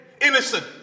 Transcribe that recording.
Innocent